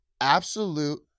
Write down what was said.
absolute